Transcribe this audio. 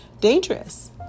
dangerous